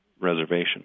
reservation